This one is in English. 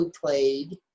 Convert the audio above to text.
played